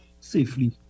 safely